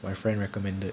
my friend recommended